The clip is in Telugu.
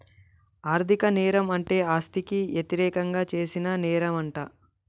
ఆర్ధిక నేరం అంటే ఆస్తికి యతిరేకంగా చేసిన నేరంమంట